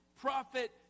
prophet